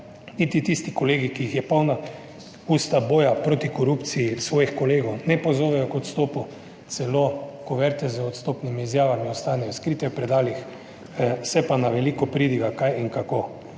niti tisti kolegi, ki so jih polna usta boja proti korupciji, svojih kolegov ne pozovejo k odstopu, celo kuverte z odstopnimi izjavami ostanejo skrite v predalih. Se pa na veliko pridiga, kaj in kako.